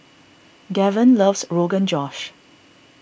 Gaven loves Rogan Josh